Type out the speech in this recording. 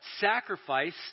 sacrifice